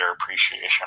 appreciation